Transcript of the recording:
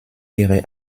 ihre